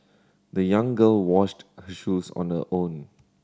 the young girl washed her shoes on her own